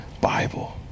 Bible